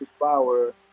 Power